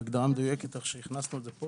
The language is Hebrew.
בהגדרה המדויקת, איך שהכנסנו את זה פה